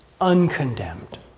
uncondemned